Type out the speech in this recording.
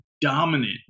dominant